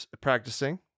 practicing